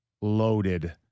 loaded